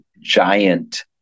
giant